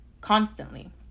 constantly